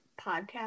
podcast